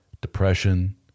depression